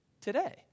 today